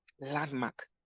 landmark